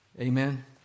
Amen